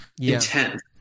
intent